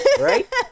right